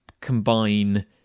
combine